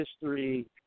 history